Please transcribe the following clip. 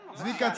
צביקה,